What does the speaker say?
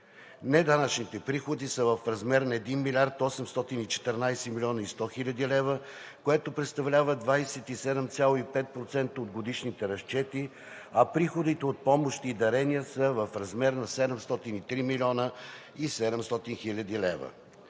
Неданъчните приходи са в размер на 1 млрд. 814 млн. 100 хил. лв., което представлява 27,5% от годишните разчети, а приходите от помощи и дарения са в размер на 703 млн. 700 хил. лв.